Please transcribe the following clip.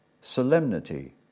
solemnity